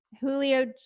Julio